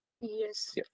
Yes